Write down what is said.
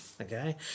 okay